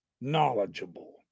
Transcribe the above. knowledgeable